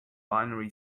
binary